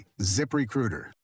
ZipRecruiter